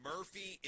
Murphy